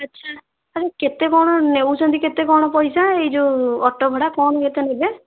ଆଚ୍ଛା ତଥାପି କେତେ କ'ଣ ନେଉଛନ୍ତି କେତେ କ'ଣ ପଇସା ଏ ଯେଉଁ ଅଟୋ ଭଡ଼ା କ'ଣ କେତେ ନେବେ